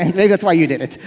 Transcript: i think that's why you did it,